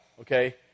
okay